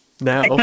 now